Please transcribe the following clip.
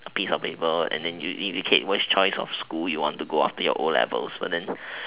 a piece of paper and then you indicate which choice of school you wanna go after your O-levels but then